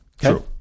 True